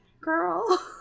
girl